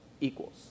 equals